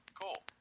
cool